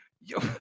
yo